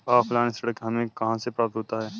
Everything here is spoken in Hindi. ऑफलाइन ऋण हमें कहां से प्राप्त होता है?